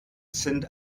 sind